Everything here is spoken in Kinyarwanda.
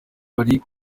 bari